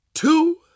Two